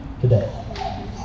Today